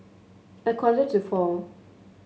a quarter to four